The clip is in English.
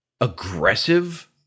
aggressive